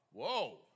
Whoa